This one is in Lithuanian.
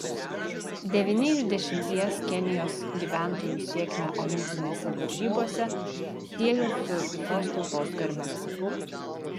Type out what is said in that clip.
devyni iš dešimties kenijos gyventojų sėkmę olimpinėse varžybose sieja su visos tautos garbe